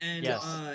Yes